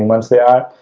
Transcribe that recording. months they are.